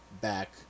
back